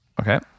Okay